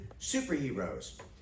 superheroes